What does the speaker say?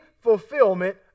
fulfillment